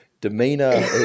demeanor